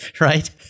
right